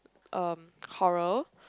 um horror